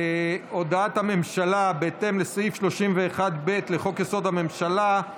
הודעת הממשלה בהתאם לסעיף 31(ב) לחוק-יסוד: הממשלה,